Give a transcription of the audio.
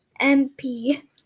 MP